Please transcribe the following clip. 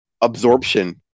absorption